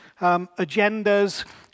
agendas